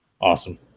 Awesome